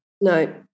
No